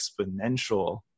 exponential